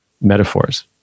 metaphors